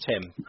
Tim